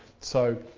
so,